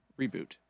Reboot